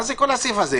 מה זה כל הסעיף הזה?